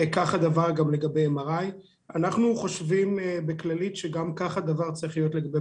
כך גם לגבי MRI. אנחנו חושבים בכללית שגם כך הדבר צריך להיות לגבי